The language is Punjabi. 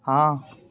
ਹਾਂ